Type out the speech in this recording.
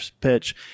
pitch